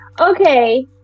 okay